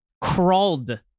crawled